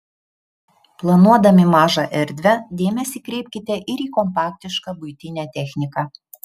planuodami mažą erdvę dėmesį kreipkite ir į kompaktišką buitinę techniką